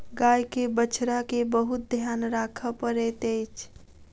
गाय के बछड़ा के बहुत ध्यान राखअ पड़ैत अछि